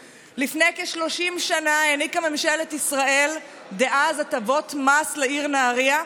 כ-30 שנה העניקה ממשלת ישראל דאז הטבות מס לעיר נהריה,